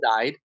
died